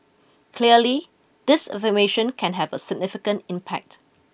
clearly disinformation can have a significant impact